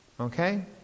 Okay